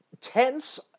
tense